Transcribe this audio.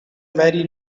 very